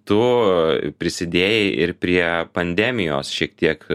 tu prisidėjai ir prie pandemijos šiek tiek